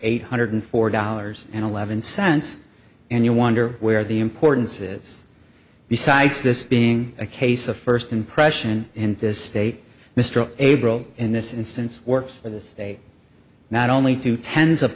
eight hundred four dollars and eleven cents and you wonder where the importance is besides this being a case of first impression in this state mr able in this instance works for the state not only to tens of